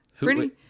Britney